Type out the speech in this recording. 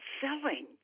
selling